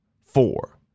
four